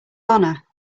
honor